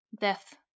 death